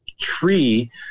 tree